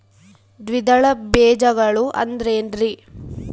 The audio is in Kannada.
ದ್ವಿದಳ ಬೇಜಗಳು ಅಂದರೇನ್ರಿ?